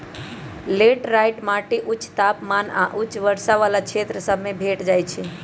laterite माटि उच्च तापमान आऽ उच्च वर्षा वला क्षेत्र सभ में भेंट जाइ छै